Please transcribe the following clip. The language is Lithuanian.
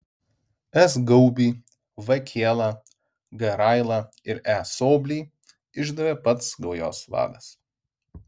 s gaubį v kielą g railą e soblį išdavė pats gaujos vadas